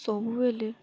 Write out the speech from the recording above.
ସବୁବେଳେ